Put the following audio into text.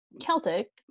celtic